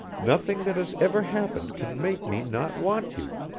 nothing that has ever happened can make me not want you.